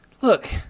Look